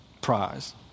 prize